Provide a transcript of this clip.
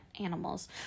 animals